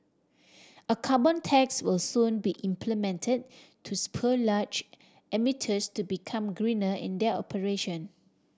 a carbon tax will soon be implement to spur large emitters to become greener in their operation